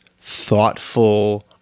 thoughtful